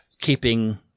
keeping –